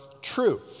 true